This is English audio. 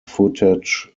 footage